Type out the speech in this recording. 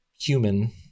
human